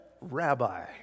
rabbi